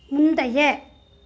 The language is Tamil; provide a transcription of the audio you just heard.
முந்தைய